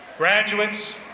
graduates,